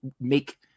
make